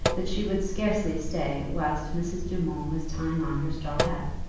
that she would scarcely stay whilst mrs. dumont was tying on her straw hat,